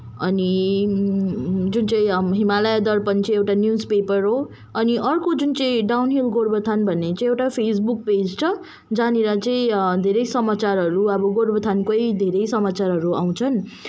अनि जुन चाहिँ अब हिमालय दर्पण चाहिँ एउटा न्युजपेपर हो अनि अरेको जुन चाहिँ डाउनहिल गोरुबथान भन्ने चाहिँ एउटा फेसबुक पेज हो जहाँनिर चाहिँ धेरै समाचारहरू अब गोरुबथानकै धेरै समाचारहरू आउँछन्